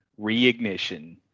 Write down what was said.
Reignition